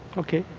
ok.